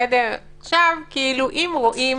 אם רואים